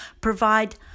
provide